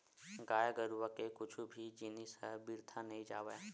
गाय गरुवा के कुछु भी जिनिस ह बिरथा नइ जावय